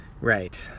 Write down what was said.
right